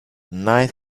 night